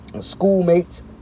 schoolmates